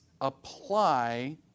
apply